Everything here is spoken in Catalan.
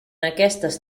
aquestes